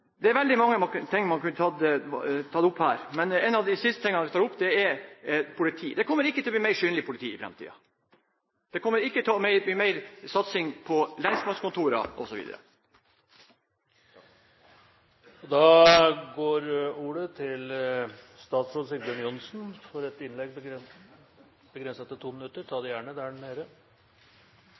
Det er veldig mange ting man kunne tatt opp her, men en av de siste tingene jeg tar opp, er politi. Det kommer ikke til å bli mer synlig politi i framtiden. Det kommer ikke til å bli mer satsing på lensmannskontorene osv. Da er vi i gang med budsjettdebatten, og det er fint! Det er for